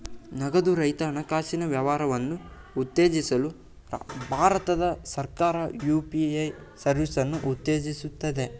ನಗದು ರಹಿತ ಹಣಕಾಸಿನ ವ್ಯವಹಾರವನ್ನು ಉತ್ತೇಜಿಸಲು ಭಾರತ ಸರ್ಕಾರ ಯು.ಪಿ.ಎ ಸರ್ವಿಸನ್ನು ಉತ್ತೇಜಿಸುತ್ತದೆ